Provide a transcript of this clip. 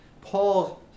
Paul